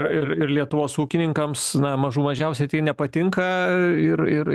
ir ir lietuvos ūkininkams na mažų mažiausiai tai nepatinka ir ir